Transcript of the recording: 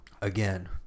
Again